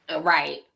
Right